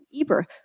Eber